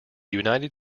united